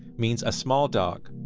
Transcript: means! a small dog!